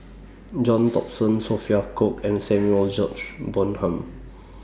John Thomson Sophia Cooke and Samuel George Bonham